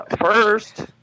First